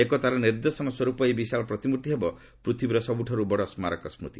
ଏକତାର ନିଦର୍ଶନସ୍ୱରୂପ ଏହି ବିଶାଳ ପ୍ରତିମୂର୍ତ୍ତି ହେବ ପୃଥିବୀର ସବୁଠାରୁ ବଡ଼ ସ୍କାରକସ୍ଚତି